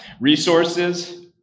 resources